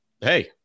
Hey